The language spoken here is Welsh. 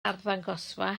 arddangosfa